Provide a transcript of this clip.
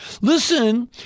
Listen